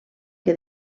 que